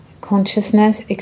consciousness